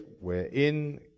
wherein